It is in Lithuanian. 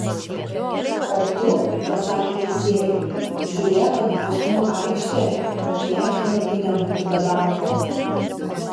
o tu pasakė teisėjui žiūrėk kad bausmių aikštė nė akimirkai nebūtų be darbo